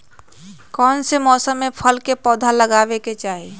कौन मौसम में फल के पौधा लगाबे के चाहि?